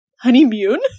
Honeymoon